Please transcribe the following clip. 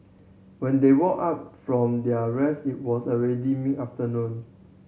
when they woke up from their rest it was already mid afternoon